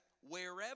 wherever